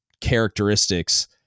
characteristics